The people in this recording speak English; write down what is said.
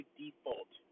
default